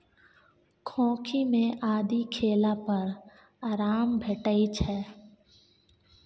खोंखी मे आदि खेला पर आराम भेटै छै